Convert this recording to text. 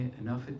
enough